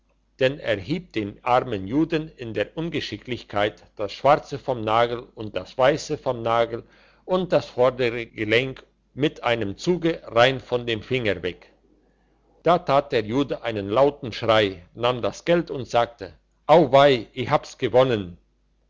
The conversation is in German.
denn er hieb dem armen juden in der ungeschicklichkeit das schwarze vom nagel und das weisse vom nagel und das vordere gelenk mit einem zuge rein von dem finger weg da tat der jude einen lauten schrei nahm das geld und sagte au weih ich hab's gewonnen